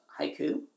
haiku